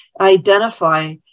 identify